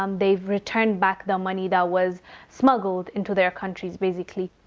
um they've returned back the money that was smuggled into their countries, basically.